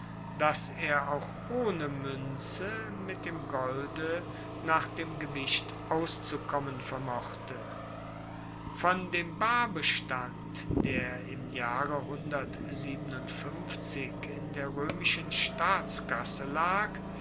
dass er auch ohne muenze mit dem golde nach dem gewicht auszukommen vermochte von dem barbestande der im jahre in der roemischen staatskasse lag